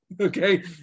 okay